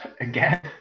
again